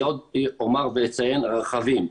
אני אומר ואציין, רכבים.